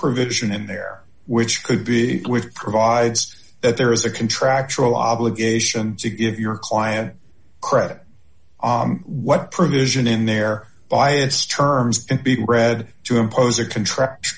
provision in there which could be with provides that there is a contractual obligation to give your client credit what provision in there by its terms be bred to impose a contract